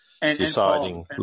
deciding